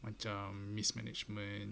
macam mismanagement